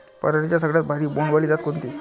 पराटीची सगळ्यात भारी बोंड वाली जात कोनची?